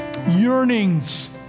Yearnings